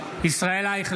(קורא בשמות חברי הכנסת) ישראל אייכלר,